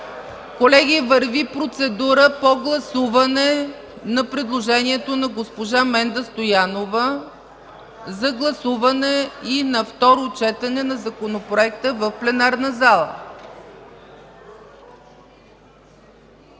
Колеги, върви процедура по гласуване на предложението на госпожа Менда Стоянова за гласуване и на второ четене на Законопроекта в пленарната зала.